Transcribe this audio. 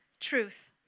truth